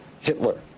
Hitler